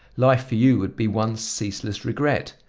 life for you would be one ceaseless regret.